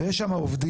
ויש שם עובדים,